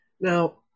Now